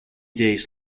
days